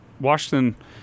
Washington –